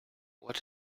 what